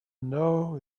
know